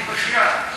נו, בחייאת.